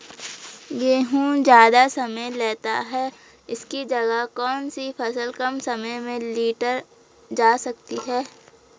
गेहूँ ज़्यादा समय लेता है इसकी जगह कौन सी फसल कम समय में लीटर जा सकती है?